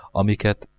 amiket